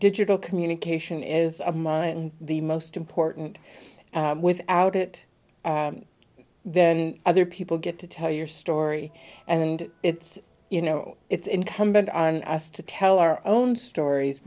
digital communication is a mind the most important without it then other people get to tell your story and it's you know it's incumbent on us to tell our own stories